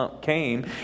came